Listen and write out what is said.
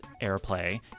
airplay